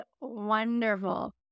wonderful